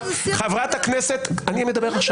------ חברת הכנסת, אני מדבר עכשיו.